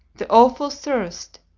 the awful thirst,